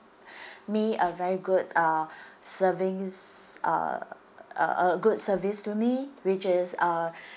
me a very good uh service uh uh a good service to me which is uh